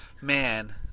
Man